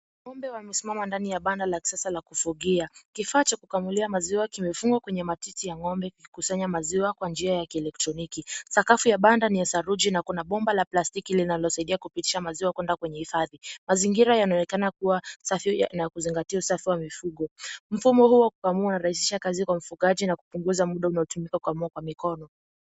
Ng'ombe wamesimama ndani ya banda la kisasa la kufugia, kifaa cha kukamulia maziwa kimefungwa kwenye matiti ya ng'ombe kikikusanya maziwa kwa njia ya kielektroniki, sakafu ya banda ni ya saruji na kuna bomba la plastiki linalosaidia kupitisha maziwa kwenda kwenye hifadhi, mazingira yanaonekana kua safi na kuzingatia usafi wa mifugo, mfumo huu wa kukamua unarahisisha kazi kwa mfugaji na kupunguza muda unaotumika kukamua kwa mikono.